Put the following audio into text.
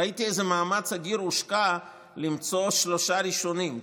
ראיתי איזה מאמץ אדיר הושקע למצוא שלושה ראשונים,